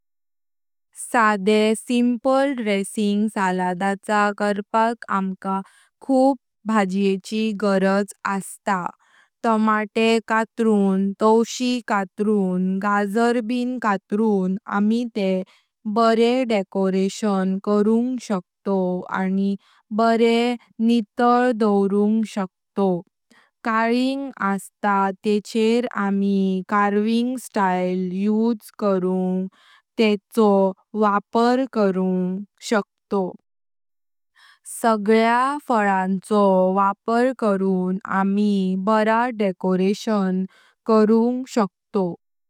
साडे simple dressing सलाडाचे करपाक आमका खूप भाज्येची गरज अस्तां। टामाटे कातरून, तवशी कातरून, गाजर ब कातरून आम्ही ते बरे डेकोरेशन करून शकतों आणि बरे निताळ दोवरूंग शकतों। कलिंग अस्तां तेचेर आम्ही कार्विंग स्टाइल यूज करून तेचो वापर करून शकतों। सगळ्या फळांचो वापर करून आम्ही बरा डेकोरेशन करू शकतों।